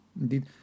Indeed